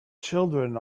children